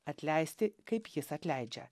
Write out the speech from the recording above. atleisti kaip jis atleidžia